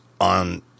on